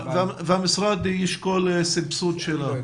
והמשרד ישקול סבסוד שלו?